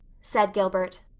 said gilbert,